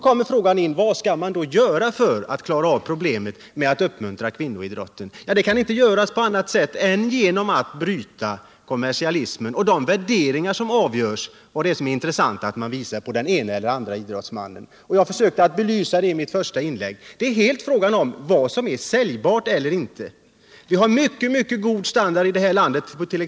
Vad skall man göra för att lösa problemet hur man skall kunna uppmuntra kvinnoidrotten? Det kan inte göras på annat sätt än genom att man bryter kommersialismen och de värderingar som avgör vad som är intressant att visa. Jag försökte att i mitt första inlägg belysa att det helt är fråga om vad som är säljbart och inte. Vi har i vårt land exempelvis mycket god standard på orientering.